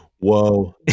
Whoa